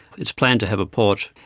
it's planned to have a port.